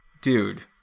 dude